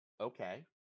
Okay